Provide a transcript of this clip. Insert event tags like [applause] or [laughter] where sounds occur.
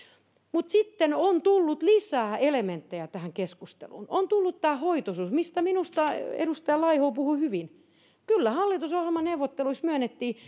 mutta sitten on tullut lisää elementtejä tähän keskusteluun on tullut tämä hoitoisuus mistä edustaja laiho puhui minusta hyvin kyllä hallitusohjelmaneuvotteluissa myönnettiin [unintelligible]